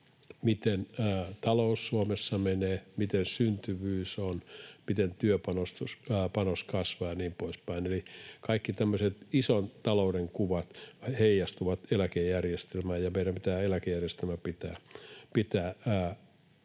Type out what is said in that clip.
miten talous Suomessa menee, millainen syntyvyys on, miten työpanos kasvaa ja niin poispäin. Eli kaikki tämmöiset ison talouden kuvat heijastuvat eläkejärjestelmään, ja meidän pitää eläkejärjestelmä pitää